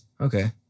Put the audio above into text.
Okay